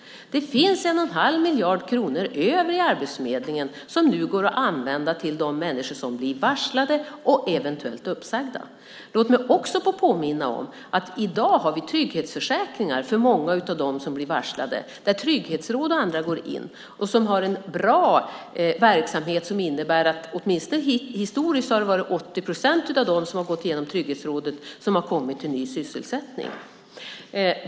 Det finns 1 1⁄2 miljard kronor över i Arbetsförmedlingen som nu går att använda till de människor som blir varslade och eventuellt uppsagda. Låt mig också få påminna om att vi i dag har trygghetsförsäkringar för många av dem som blir varslade, där trygghetsråd och andra går in som har en bra verksamhet. Åtminstone historiskt har det varit 80 procent av dem som har gått igenom Trygghetsrådet som har kommit till ny sysselsättning.